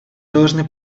должны